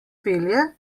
pelje